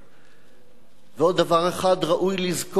ועוד דבר אחד ראוי לזכור על גנדי היום הזה,